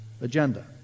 agenda